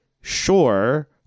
sure